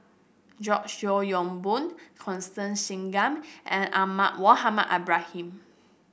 George Yeo Yong Boon Constance Singam and Ahmad Mohamed Ibrahim